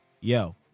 yo